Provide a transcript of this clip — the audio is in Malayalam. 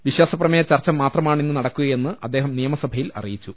വിശ്വാസ പ്രമേയ ചർച്ച ്മാത്രമാണ് ഇന്ന് നടക്കുകയെന്ന് അദ്ദേഹം നിയമസഭയിൽ അറിയിച്ചു